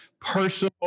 personal